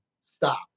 stop